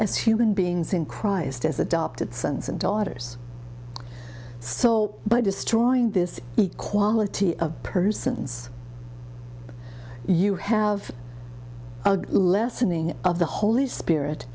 as human beings in christ as adopted sons and daughters so by destroying this equality of persons you have a lessening of the holy spirit